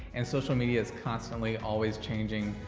and social media is constantly, always changing.